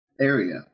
area